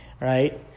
right